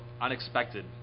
unexpected